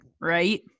right